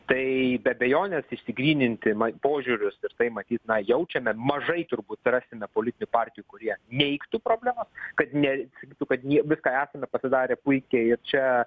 tai be abejonės išsigryninti ma požiūrius ir tai matyt na jaučiame mažai turbūt rasime politinių partijų kurie neigtų problemos kad neatsakytų kad jie viską esame pasidarę puikiai ir čia